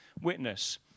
witness